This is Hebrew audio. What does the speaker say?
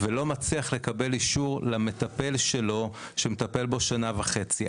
ולא מצליח לקבל אישור למטפל שלו שמטפל בו שנה וחצי.